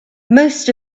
most